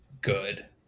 good